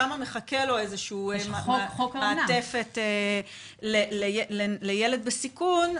שם מחכה לו איזושהי מעטפת לילד בסיכון.